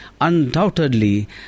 undoubtedly